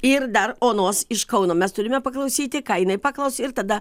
ir dar onos iš kauno mes turime paklausyti ką jinai paklaus ir tada